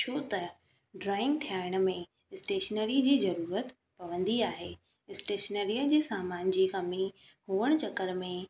छो त डॉईंग थियण में स्टेशनरी जी ज़रूरत पवंदी आहे स्टेशनरीअ जे सामान जी कमी हुअण चकर में